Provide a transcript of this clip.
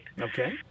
Okay